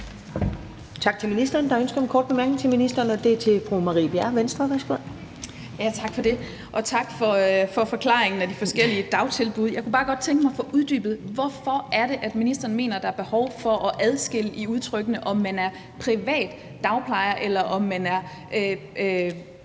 Tak til ministeren. Der er ønske om en kort bemærkning til ministeren, og det er fra fru Marie Bjerre, Venstre. Værsgo. Kl. 15:22 Marie Bjerre (V): Tak for det, og tak for forklaringen af de forskellige dagtilbud. Jeg kunne bare godt tænke mig at få uddybet, hvorfor det er, ministeren mener, der er behov for at adskille udtrykkene, med hensyn til om man er kommunal dagplejer, eller om man er